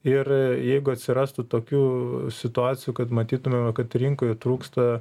ir jeigu atsirastų tokių situacijų kad matytumėme kad rinkoj trūksta